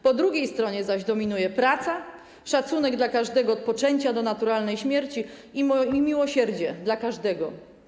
Po drugiej stronie zaś dominuje praca, szacunek dla każdego od poczęcia do naturalnej śmierci i miłosierdzie dla każdego.